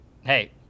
Hey